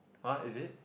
!huh! is it